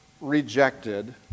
rejected